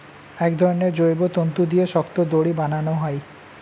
এক ধরনের জৈব তন্তু দিয়ে শক্ত দড়ি বানানো হয়